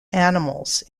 animals